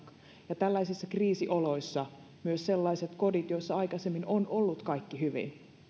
ja tällaisissa kriisioloissa myös sellaisissa kodeissa joissa aikaisemmin on ollut kaikki hyvin